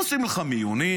עושים לך מיונים,